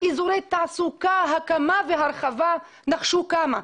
אזורי תעסוקה הקמה והרחבה נחשו כמה?